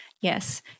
Yes